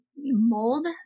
mold